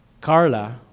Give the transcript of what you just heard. Carla